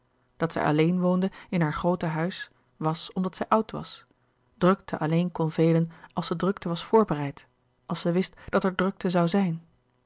dat zij alleen woonde in haar groote huis was omdat zij oud was drukte alleen kon velen als drukte was voorbereid als zij wist dat er drukte zoû zijn